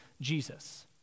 Jesus